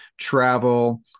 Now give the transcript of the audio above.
travel